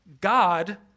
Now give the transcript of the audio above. God